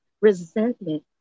resentment